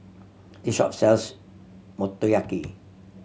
this shop sells Motoyaki